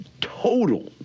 total